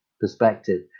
perspective